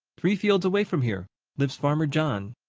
three fields away from here lives farmer john.